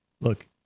look